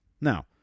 Now